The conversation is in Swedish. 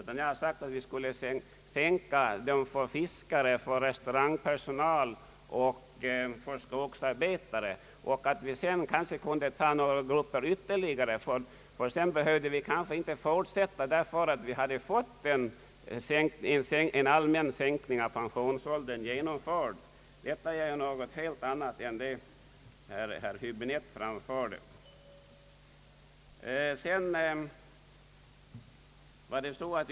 Jag sade att vi skulle sänka pensionsåldern för fiskare, restaurangpersonal och skogsarbetare och att vi därefter kunde göra detsamma för ytterligare några grupper, men att vi sedan kanske inte behövde fortsätta, där för att vi då fått till stånd en allmän sänkning av pensionsåldern. Det är något helt annat än vad herr Höbinette framförde.